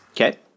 Okay